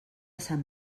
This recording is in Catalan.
sant